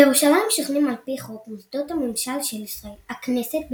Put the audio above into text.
בירושלים שוכנים על פי חוק מוסדות הממשל של ישראל הכנסת,